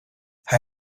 hij